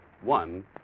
One